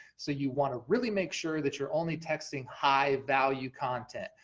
so you wanna really make sure that you're only texting high value content,